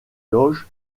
loges